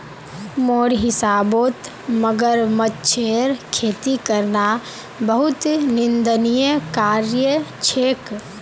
मोर हिसाबौत मगरमच्छेर खेती करना बहुत निंदनीय कार्य छेक